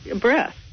breath